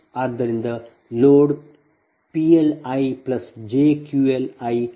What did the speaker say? ಆದ್ದರಿಂದ load PL i jQL i ಗೆ ಸಮಾನವಾಗಿರುತ್ತದೆ